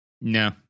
no